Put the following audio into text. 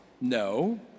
No